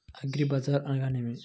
అగ్రిబజార్ అనగా నేమి?